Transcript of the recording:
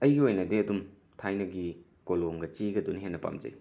ꯑꯩꯒꯤ ꯑꯣꯏꯅꯗꯤ ꯑꯗꯨꯝ ꯊꯥꯏꯅꯒꯤ ꯀꯣꯂꯣꯝꯒ ꯆꯦꯒꯗꯨꯅ ꯍꯦꯟꯅ ꯄꯥꯝꯖꯩ